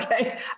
Okay